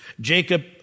Jacob